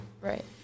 Right